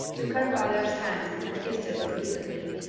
took her father's hand, and kissed it repeatedly.